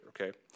okay